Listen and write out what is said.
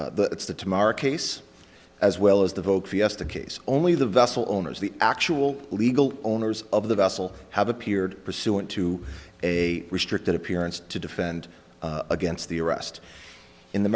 only it's the tamara case as well as the vote for us the case only the vessel owners the actual legal owners of the vessel have appeared pursuant to a restricted appearance to defend against the arrest in the